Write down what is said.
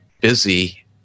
busy